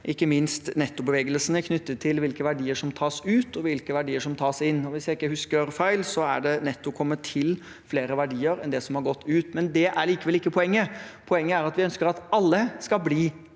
ikke minst nettobevegelsene knyttet til hvilke verdier som tas ut, og hvilke verdier som tas inn. Hvis jeg ikke husker feil, er det netto kommet til flere verdier enn det som har gått ut. Det er likevel ikke poenget. Poenget er at vi ønsker at alle skal bli i Norge.